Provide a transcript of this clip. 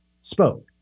spoke